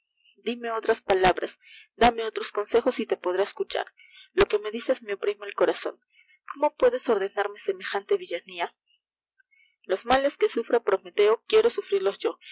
dime otras palabrls dime otros consejos y te podré escuchar lo que me dices me oprime el corazon cómo puedes ordenarme semejante villania los malea que sufra prometeo quiero sufrirlos yo